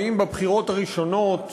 ואם בבחירות הראשונות